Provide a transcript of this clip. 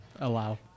Allow